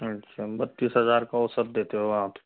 अच्छा बत्तीस हजार का औसत देते हो आप